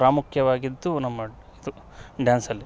ಪ್ರಾಮುಖ್ಯವಾಗಿದ್ದು ನಮ್ಮ ಇದು ಡ್ಯಾನ್ಸಲ್ಲಿ